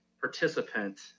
participant